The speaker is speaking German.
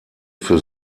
für